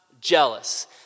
Jealous